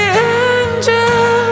angel